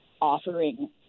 offering